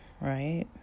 right